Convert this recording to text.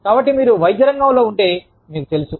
కాబట్టి మీరు వైద్య రంగంలో ఉంటే మీకు తెలుసు